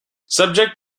subject